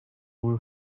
will